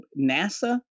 NASA